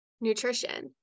nutrition